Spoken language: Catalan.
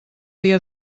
dia